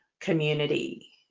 community